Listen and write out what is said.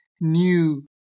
new